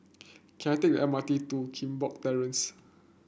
can I take the M R T to Limbok Terrace